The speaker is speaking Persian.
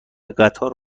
قطار